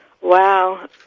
Wow